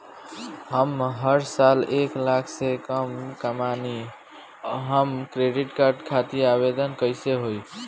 हम हर साल एक लाख से कम कमाली हम क्रेडिट कार्ड खातिर आवेदन कैसे होइ?